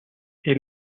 est